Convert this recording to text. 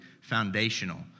foundational